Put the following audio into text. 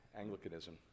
Anglicanism